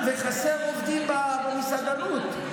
חסרים עובדים במסעדנות.